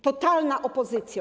Totalna Opozycjo!